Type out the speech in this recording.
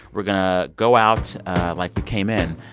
we're going to go out like we came in,